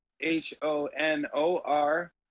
H-O-N-O-R